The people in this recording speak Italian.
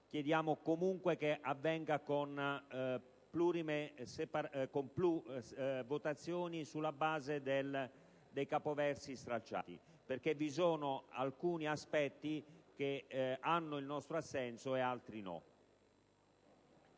comunque che avvengano più votazioni sulla base dei capoversi stralciati. Ciò, in quanto vi sono alcuni aspetti che hanno il nostro assenso e altri no.